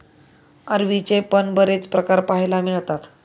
अरवीचे पण बरेच प्रकार पाहायला मिळतात